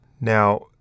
Now